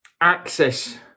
access